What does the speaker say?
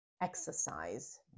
exercise